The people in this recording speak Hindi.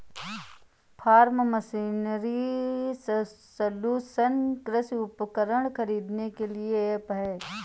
फॉर्म मशीनरी सलूशन कृषि उपकरण खरीदने के लिए ऐप है